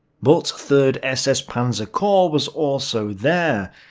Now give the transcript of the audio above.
but third ss panzer corps was also there,